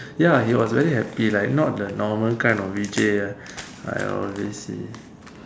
ya he was very happy like not the normal kind of Vijay ah I always see